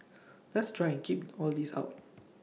let's try and keep all this out